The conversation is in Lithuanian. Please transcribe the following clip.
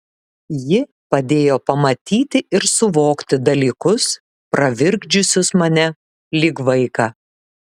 ji padėjo pamatyti ir suvokti dalykus pravirkdžiusius mane lyg vaiką